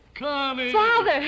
Father